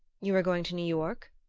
you are going to new york?